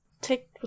Take